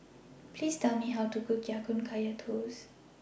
Please Tell Me How to Cook Ya Kun Kaya Toast